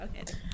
Okay